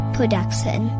Production